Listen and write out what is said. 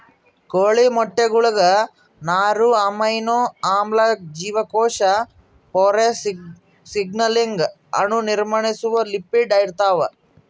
ಕೋಳಿ ಮೊಟ್ಟೆಗುಳಾಗ ನಾರು ಅಮೈನೋ ಆಮ್ಲ ಜೀವಕೋಶ ಪೊರೆ ಸಿಗ್ನಲಿಂಗ್ ಅಣು ನಿರ್ಮಿಸುವ ಲಿಪಿಡ್ ಇರ್ತಾವ